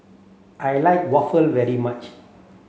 I like waffle very much